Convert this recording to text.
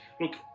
look